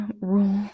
rule